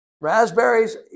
raspberries